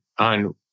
on